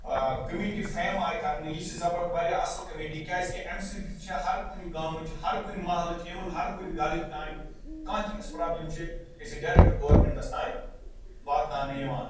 ٲں committee frame آیہِ کرنہٕ یہِ چھِ زَبر واریاہ اصٕل کٔمیٖٹی کیٛازِکہِ اَمہِ سۭتۍ چھِ ہَر کُنہِ گامٕچۍ ہَر کُنہِ مَحلٕچۍ اِوٕن ہَر کُنہِ گھرٕچۍ تانۍ کانٛہہ تہِ یۄس پرٛابلِم چھِ یہِ چھِ ڈایریٚکٹہٕ گورمنٹَس تانۍ واتناونہٕ یِوان